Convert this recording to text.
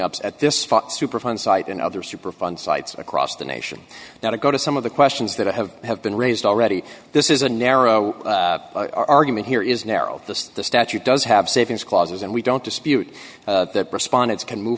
ups at this superfund site and other superfund sites across the nation now to go to some of the questions that have have been raised already this is a narrow argument here is narrow the statute does have savings clauses and we don't dispute that respondents can move